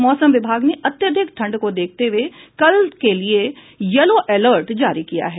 मौसम विभाग ने अत्यधिक ठंड को देखते हुए कल के लिए येलो अलर्ट जारी किया है